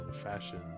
fashion